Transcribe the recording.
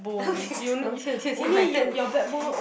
okay okay okay okay my turn